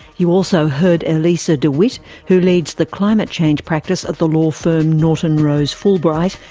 you also heard elisa de wit who leads the climate change practice at the law firm norton rose fulbright,